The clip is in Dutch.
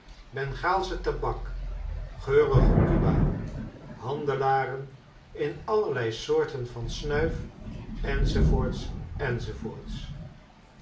bengaalsche tabak geurige cuba handelaren in allerlei soorten van snuif